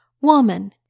Woman